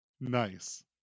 Nice